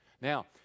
Now